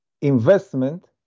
investment